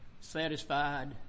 satisfied